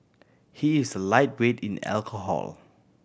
he is a lightweight in alcohol